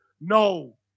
no